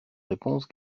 réponse